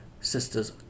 sister's